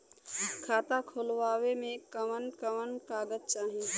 खाता खोलवावे में कवन कवन कागज चाही?